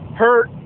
hurt